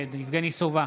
נגד יבגני סובה,